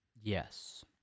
Yes